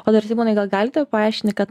o dar simonai gal galite paaiškint kad